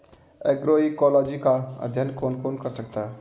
Agroecology का अध्ययन कौन कौन कर सकता है?